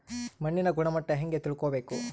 ಮಣ್ಣಿನ ಗುಣಮಟ್ಟ ಹೆಂಗೆ ತಿಳ್ಕೊಬೇಕು?